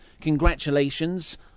Congratulations